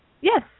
Yes